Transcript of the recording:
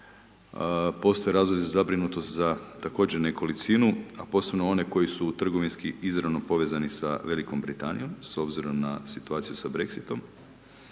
postoje razlozi za zabrinutost za također nekolicinu, a posebno one koji su u trgovinski izravno povezani sa Velikom Britanijom, s obzirom na situaciju sa Brexitom,